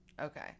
Okay